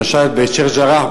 למשל בשיח'-ג'ראח,